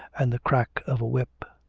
and the crack of a whip.